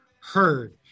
heard